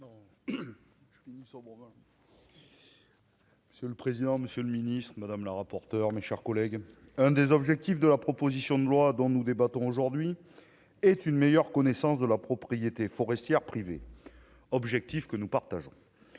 C'est le président, monsieur le ministre madame la rapporteure, mes chers collègues, un des objectifs de la proposition de loi dont nous débattons aujourd'hui est une meilleure connaissance de la propriété forestière privée, objectif que nous partageons